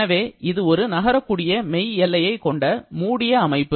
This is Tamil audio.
எனவே இது ஒரு நகரக்கூடிய மெய் எல்லையைக் கொண்ட மூடிய அமைப்பு